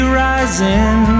rising